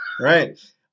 right